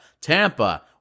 Tampa